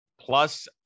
Plus